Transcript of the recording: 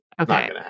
okay